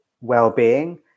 well-being